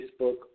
Facebook